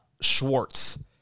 Schwartz